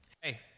hey